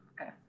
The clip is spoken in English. Okay